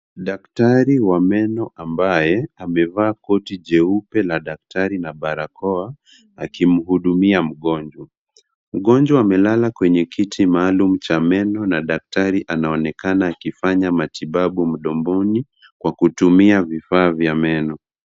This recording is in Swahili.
Daktari wa meno ambaye amevaa koti jeupe la daktari na barakoa akimhudumia mgonjwa. Mgonjwa amelala kwenye kiti maalum cha meno na daktari anaonekana akifanya matibabu mdomoni kwa kutumia vifaa vya meno.